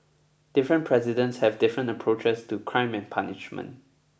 different presidents have different approaches to crime and punishment